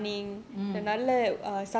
mm mm